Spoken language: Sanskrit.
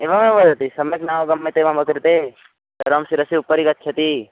एवमेव वदति सम्यक् नावगम्यते एव मम कृते सर्वं शिरसि उपरि गच्छति